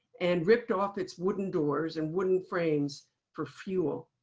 and ripped off its wooden doors and wooden frames for fuel.